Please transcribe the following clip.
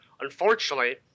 Unfortunately